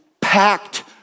packed